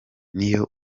niyo